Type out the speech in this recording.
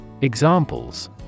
Examples